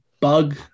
bug